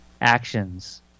actions